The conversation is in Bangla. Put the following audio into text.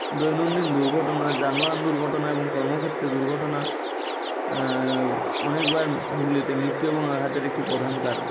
দৈনন্দিন দুর্ঘটনা যানবাহন দুর্ঘটনা এবং কর্মক্ষেত্রে দুর্ঘটনা অনেকবার হুগলিতে মৃত্যু এবং আঘাতের একটি প্রধান কারণ